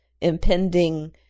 impending